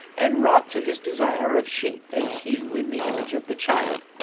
and wrought to his desire of shape and hue, in the image of the child,